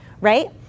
Right